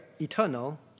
eternal